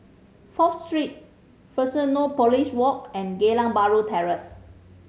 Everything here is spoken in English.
Fourth Street Fusionopolis Walk and Geylang Bahru Terrace